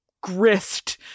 grist